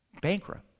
Bankrupt